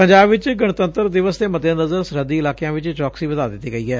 ਪੰਜਾਬ ਵਿਚ ਗਣੰਤਰ ਦਿਵਸ ਦੇ ਮੱਦੇਨਜ਼ਰ ਸਰਹੱਦੀ ਇਲਾਕਿਆਂ ਵਿਚ ਚੌਕਸੀ ਵਧਾ ਦਿੱਡੀ ਗਈ ਐ